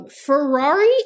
Ferrari